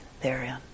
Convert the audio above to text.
therein